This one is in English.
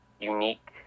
unique